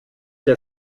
der